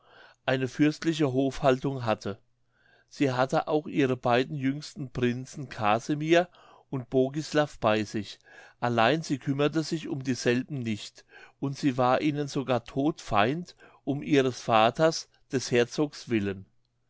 eine fürstliche hofhaltung hatte sie hatte auch ihre beiden jüngsten prinzen casimir und bogislav bei sich allein sie kümmerte sich um dieselben nicht und sie war ihnen sogar todfeind um ihres vaters des herzogs willen